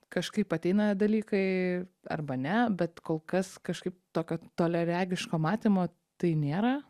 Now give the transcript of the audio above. kažkaip ateina dalykai arba ne bet kol kas kažkaip tokio toliaregiško matymo tai nėra